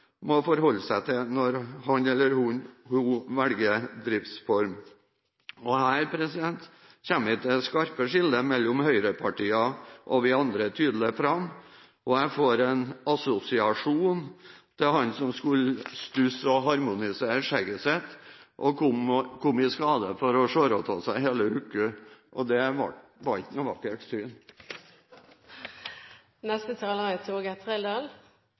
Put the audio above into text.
forholde seg til når han eller hun velger driftsform. Her kommer det skarpe skillet mellom høyrepartiene og vi andre tydelig fram. Jeg får en assosiasjon til han som skulle stusse og harmonisere skjegget sitt, og som kom i skade for å skjære av seg hele haka – det var ikke et vakkert syn. Norsk landbruk kjennetegnes av en miljømessig bærekraftig produksjon og